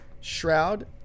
Shroud